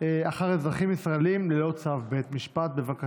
אחר אזרחים ישראלים ללא צו בית משפט, מס'